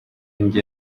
njye